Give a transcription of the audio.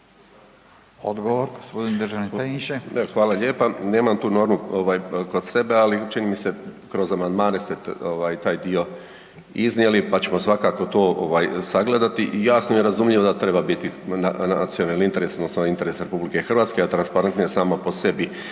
**Zrinušić, Zdravko** Hvala lijepo. Nemam tu normu kod sebe, ali čini mi se da ste kroz amandmane taj dio iznijeli pa ćemo to svakako to sagledati. I jasno je i razumljivo da treba biti nacionalni interes odnosno interes RH, a transparentno je samo po sebi